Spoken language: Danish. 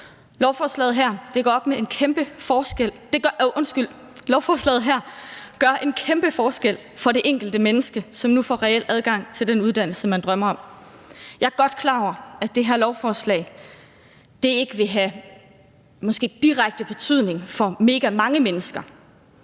lovforslaget her en kæmpe forskel for det enkelte menneske, som nu får reel adgang til den uddannelse, man drømmer om. Jeg er godt klar over, at det her lovforslag ikke vil have direkte betydning for megamange mennesker,